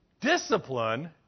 Discipline